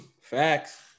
Facts